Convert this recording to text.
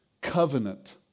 covenant